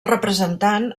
representant